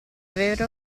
vero